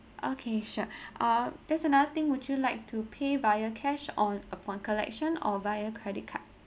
okay sure uh there is another thing would you like to pay via cash on upon collection or via credit card